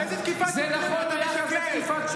נגמרו הימים שבהם, יתהפך עליך בגללך, בגללך.